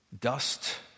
dust